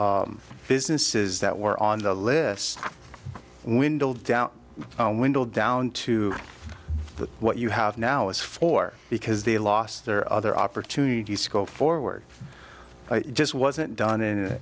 businesses that were on the lists windell down windell down to what you have now is for because they lost their other opportunities to go forward it just wasn't done in